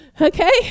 Okay